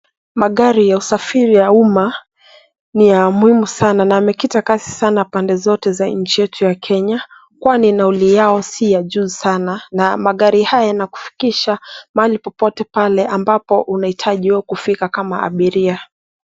Magari ya usafiri ya umma ni ya umuhimu sana na yamekita kazi sana pande zote za nchi ya Kenya kwani nauli yao si ya juu sana na magari haya yanakufikisha mahali popote pale ambapo unahitajiwa kufika kama abiria.